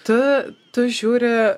tu tu žiūri